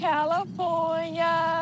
California